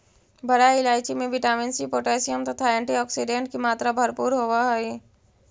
बड़ी इलायची में विटामिन सी पोटैशियम तथा एंटीऑक्सीडेंट की मात्रा भरपूर होवअ हई